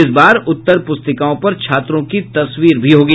इस बार उत्तर पुस्तिकाओं पर छात्रों की तस्वीर भी होगी